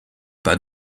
pas